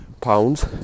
pounds